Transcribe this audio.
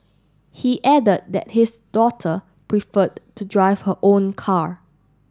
he added that his daughter preferred to drive her own car